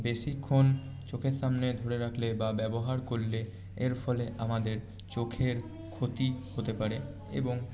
বেশিক্ষণ চোখের সামনে খুলে রাখলে বা ব্যবহার করলে এর ফলে আমাদের চোখের ক্ষতি হতে পারে এবং